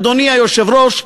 אדוני היושב-ראש,